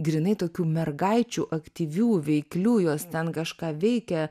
grynai tokių mergaičių aktyvių veiklių jos ten kažką veikia